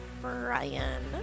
Brian